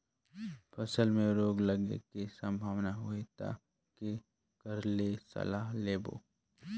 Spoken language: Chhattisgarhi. फसल मे रोग लगे के संभावना होही ता के कर ले सलाह लेबो?